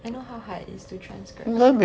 I know how hard it is to transcribe